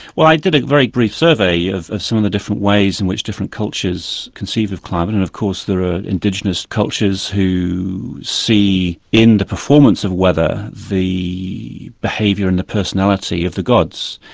well i did a very brief survey of of some of the different ways in which different cultures conceive of climate and of course there are indigenous cultures who see in the performance of weather the behaviour and the personality of the gods.